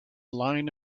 line